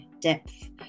depth